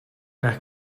nach